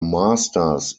masters